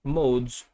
modes